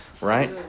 right